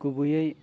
गुबैयै